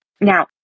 Now